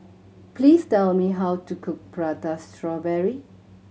please tell me how to cook Prata Strawberry